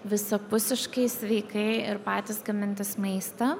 visapusiškai sveikai ir patys gamintis maistą